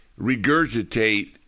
regurgitate